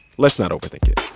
let's not overthink it